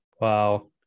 Wow